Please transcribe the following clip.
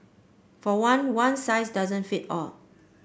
for one one size doesn't fit all